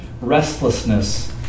restlessness